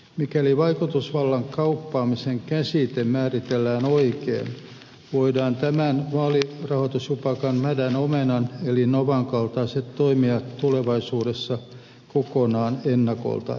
mikäli vaikutusvallan kauppaamisen käsite määritellään oikein voidaan tämän vaalirahoitusjupakan mädän omenan eli novan kaltaiset toimijat tulevaisuudessa kokonaan ennakolta eliminoida